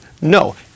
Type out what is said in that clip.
No